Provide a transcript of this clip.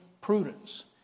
prudence